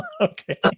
Okay